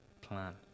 plan